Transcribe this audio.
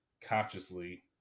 consciously